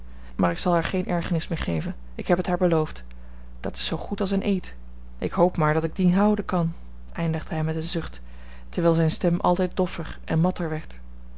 maar ik zal haar geene ergernis meer geven ik heb het haar beloofd dat is zoo goed als een eed ik hoop maar dat ik dien houden kan eindigde hij met een zucht terwijl zijne stem altijd doffer en